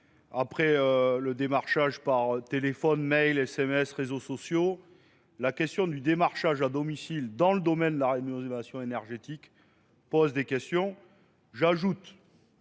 après le démarchage par téléphone, mail, SMS, réseaux sociaux, la question du démarchage à domicile dans le domaine de la rémunération énergétique pose des questions. J'ajoute